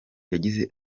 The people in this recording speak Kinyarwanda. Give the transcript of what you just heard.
yagize